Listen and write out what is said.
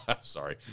Sorry